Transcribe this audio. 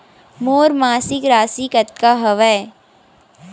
मोर मासिक राशि कतका हवय?